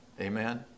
Amen